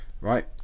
right